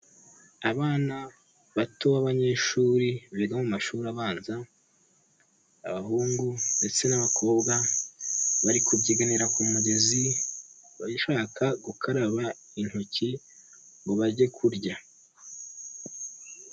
Abana bato b'abanyeshuri biga mu mashuri abanza, abahungu ndetse n'abakobwa bari kubyiganira ku mugezi bashaka gukaraba intoki ngo bajye kurya.